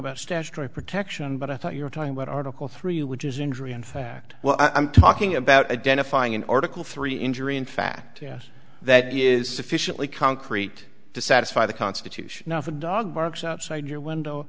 statutory protection but i thought you were talking about article three which is injury in fact well i'm talking about identifying an article three injury in fact yes that is sufficiently concrete to satisfy the constitution of a dog barks outside your window